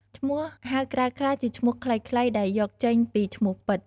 ឈ្មោះហៅក្រៅខ្លះជាឈ្មោះខ្លីៗ ដែលយកចេញពីឈ្មោះពិត។